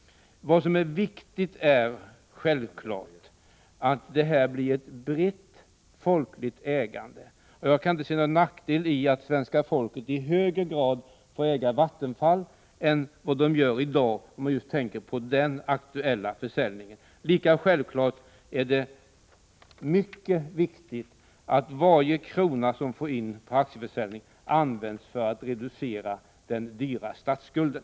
Viktigt är självklart att åstadkomma ett brett folkligt ägande. Jag kan inte se någon nackdel i att svenska folket får äga Vattenfall i högre grad än i dag. Lika självklart är det mycket viktigt att varje krona som kommer in på aktieförsäljning används för att reducera den dyra statsskulden.